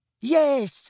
yes